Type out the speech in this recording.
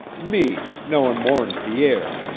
me knowin' more'n pierre!